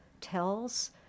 tells